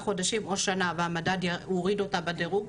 חודשים או שנה והמדד הוריד אותה בדירוג,